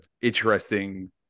interesting